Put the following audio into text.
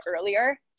earlier